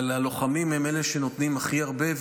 אבל הלוחמים הם אלה שנותנים הכי הרבה,